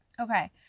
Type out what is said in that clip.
Okay